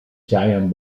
giant